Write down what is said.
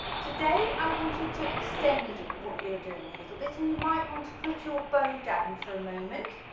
today i want you to extend what you're doing a little bit and you might want to put your bow down for a moment,